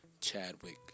Chadwick